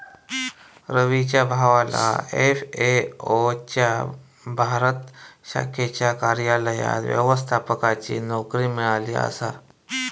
रवीच्या भावाला एफ.ए.ओ च्या भारत शाखेच्या कार्यालयात व्यवस्थापकाची नोकरी मिळाली आसा